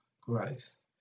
growth